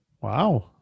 Wow